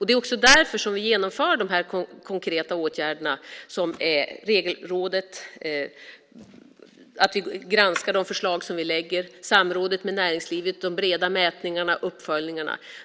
Det är också därför vi genomför de konkreta åtgärderna, till exempel Regelrådet och en granskning av de förslag som läggs fram, samrådet med näringslivet samt breda mätningar och uppföljningar.